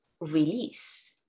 release